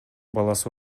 баласы